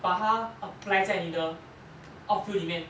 把他 apply 在你的 outfield 里面